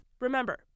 Remember